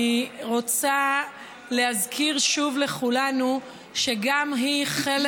אני רוצה להזכיר שוב לכולנו שהיא חלק